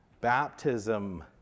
Baptism